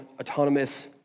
autonomous